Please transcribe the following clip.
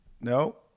No